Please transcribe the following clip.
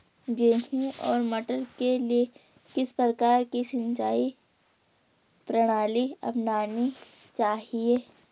गेहूँ और मटर के लिए किस प्रकार की सिंचाई प्रणाली अपनानी चाहिये?